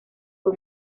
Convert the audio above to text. fue